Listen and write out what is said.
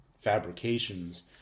fabrications